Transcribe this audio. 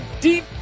deep